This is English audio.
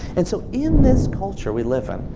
and so in this culture we live in,